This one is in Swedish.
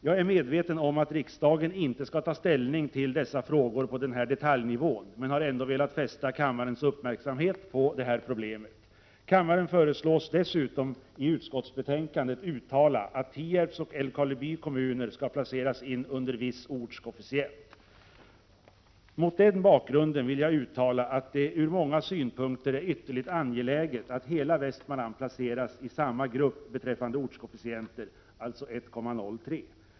Jag är medveten om att riksdagen inte skall ta ställning till dessa frågor på denna detaljnivå, men har ändå velat fästa kammarens uppmärksamhet på detta problem. Kammaren föreslås i utskottsbetänkandet dessutom att uttala att Tierps och Älvkarleby kommuner skall placeras in under viss ortskoefficient. Mot den bakgrunden vill jag uttala att det ur många synpunkter är ytterligt angeläget att hela Västmanland placeras i samma grupp beträffande ortskoefficienter, alltså 1,03.